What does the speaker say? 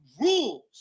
rules